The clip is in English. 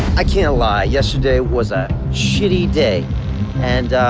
i can't lie, yesterday was a shitty day and